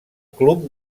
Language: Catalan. club